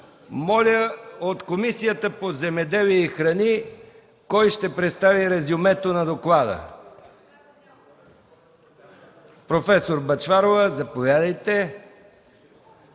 Моля от Комисията по земеделието и храните да представите резюме на доклада. Професор Бъчварова, заповядайте